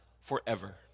forever